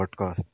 podcast